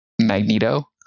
Magneto